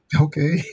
okay